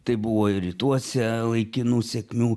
tai buvo ir rytuose laikinų sėkmių